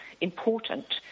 important